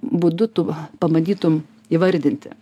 būdu tu pabandytum įvardinti